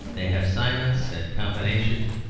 they have science and combination,